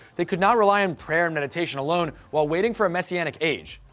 they could not rely on prayer and meditation alone while waiting for a messianic age.